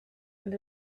and